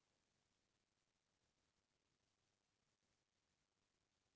Phone पे म customer care number ह का होथे?